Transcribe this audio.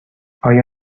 آیا